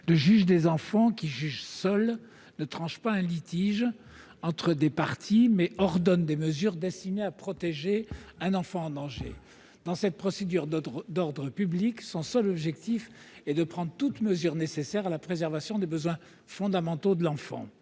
Le juge des enfants, qui juge seul, ne tranche pas un litige entre des parties, mais ordonne des mesures destinées à protéger un enfant en danger. Dans cette procédure d'ordre public, son seul objectif est de prendre toute mesure nécessaire à la préservation des besoins fondamentaux de l'enfant.